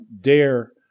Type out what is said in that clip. DARE